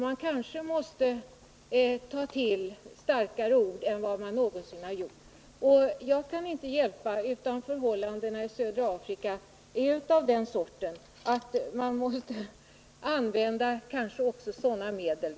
Man måste kanske ta till kraftigare ord än man någonsin tidigare har gjort, och jag kan inte se annat än att förhållandena i södra Afrika är sådana att man kanske måste använda även sådana medel.